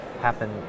happen